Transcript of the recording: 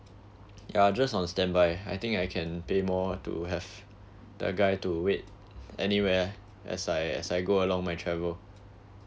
yeah just on standby I think I can pay more to have the guide to wait anywhere as I as I go along my travel